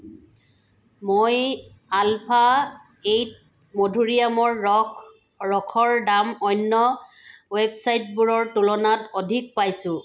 মই Alpha Eight মধুৰীআমৰ ৰস ৰসৰ দাম অন্য ৱেবছাইটবোৰৰ তুলনাত অধিক পাইছোঁ